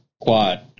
quad